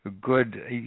good